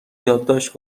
یادداشت